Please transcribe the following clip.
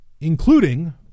including